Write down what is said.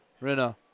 Rina